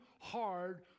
hard